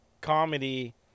comedy